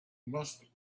musty